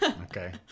Okay